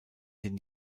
den